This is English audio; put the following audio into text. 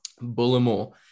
Bullimore